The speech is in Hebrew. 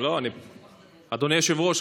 אדוני היושב-ראש,